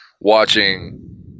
watching